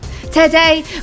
Today